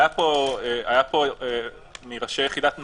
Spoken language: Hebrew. היה פה מראשי יחידת נחשון,